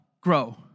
grow